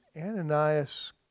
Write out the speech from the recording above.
Ananias